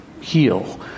heal